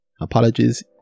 apologies